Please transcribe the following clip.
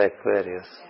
Aquarius